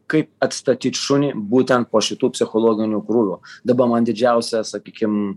kaip atstatyt šunį būtent po šitų psichologinių krūvių dabar man didžiausia sakykim